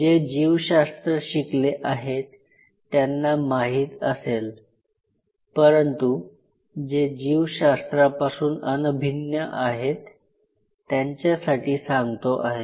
जे जीवशास्त्र शिकले आहेत त्यांना माहीत असेल परंतु जे जीवशास्त्रापासून अनभिज्ञ आहेत त्यांच्यासाठी सांगतो आहे